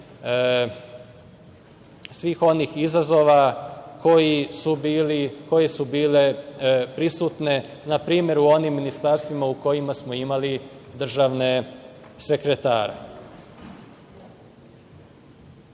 svih onih izazova koji su bili prisutni, npr. u onim ministarstvima u kojima smo imali državne sekretare. Mi